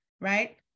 right